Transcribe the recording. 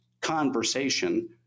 conversation